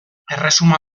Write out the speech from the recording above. erresuma